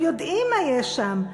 הם יודעים מה יש שם.